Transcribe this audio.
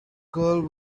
girl